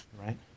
right